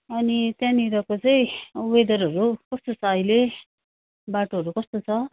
अनि त्यहाँनिरको चाहिँ वेदरहरू कस्तो छ अहिले बाटोहरू कस्तो छ